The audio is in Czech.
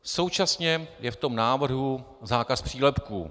Současně je v tom návrhu zákaz přílepků.